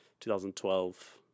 2012